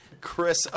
Chris